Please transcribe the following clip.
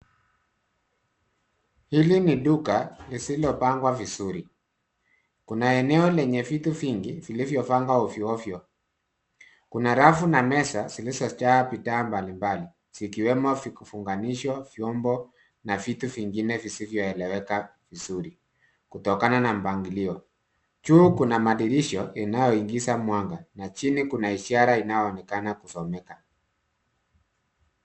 Hili ni duka lisilopangwa vizuri. Kuna eneo lenye vitu vingi vilivyopangwa ovyo ovyo. Kuna rafu na meza zilizojaa bidhaa mbalimbali zikiwemo vifunganisho, vyombo na vitu vingine visivyoeleweka vizuri kutokana na mpangilio. Juu kuna madirisha inayoingiza mwanga na chini kuna ishara inayoonekana kusomeka.